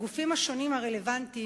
הגופים השונים הרלוונטיים,